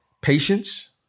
patience